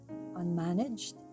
Unmanaged